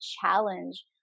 challenge